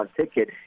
ticket